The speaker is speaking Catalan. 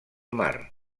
mar